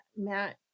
matt